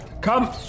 Come